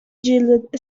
yielded